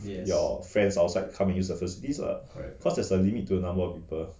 your friends outside come and use the facilities cause there's a limit to the number of people